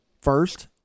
First